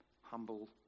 humble